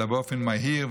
באופן מהיר,